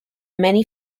many